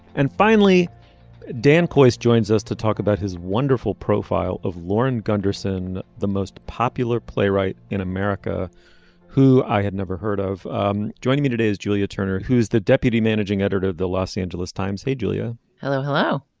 and finally dan kois joins us to talk about his wonderful profile of lauren gunderson the most popular playwright in america who i had never heard of um joining me today is julia turner who's the deputy managing editor of the los angeles times. hey julia hello hello.